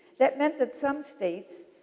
that meant that some states,